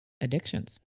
addictions